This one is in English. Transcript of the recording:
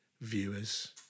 viewers